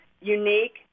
unique